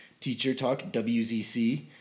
teachertalkwzc